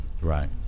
Right